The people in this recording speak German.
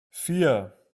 vier